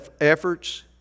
efforts